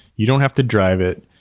you don't have to drive it,